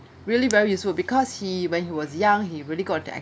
really very useful because he when he was young he really got